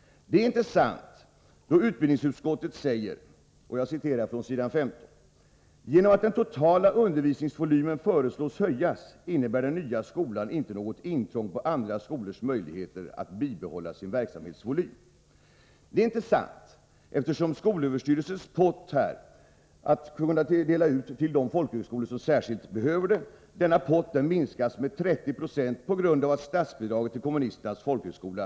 Vad utbildningsutskottet säger på s. 15 i utbildningsutskottets betänkande är inte sant: ”Genom att den totala undervisningsvolymen föreslås höjas innebär den nya skolan inte något intrång på andra skolors möjligheter att bibehålla sin verksamhetsvolym.” Det är som sagt inte sant. Skolöverstyrelsens pott, pengar som skall delas ut till de folkhögskolor som särskilt behöver stöd, minskas nämligen med 30 26 på grund av att det skall finnas utrymme för statsbidrag till kommunisternas folkhögskola.